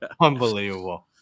Unbelievable